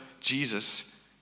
Jesus